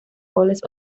goles